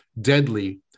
Deadly